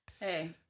Hey